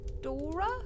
Dora